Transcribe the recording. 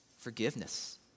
forgiveness